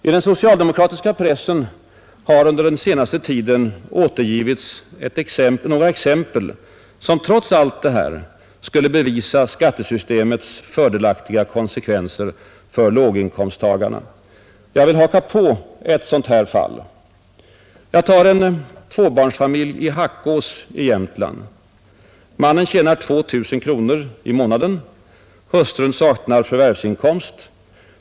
I den socialdemokratiska pressen har under den senaste tiden återgivits några exempel som trots allt skulle bevisa skattesystemets fördelaktiga konsekvenser för låginkomsttagarna. Jag vill haka på ett sådant fall. Jag tar en tvåbarnfamilj i Hackås i Jämtland. Mannen tjänar 2 000 kronor i månaden, hustrun saknar förvärvsinkomst.